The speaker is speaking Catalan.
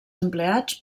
empleats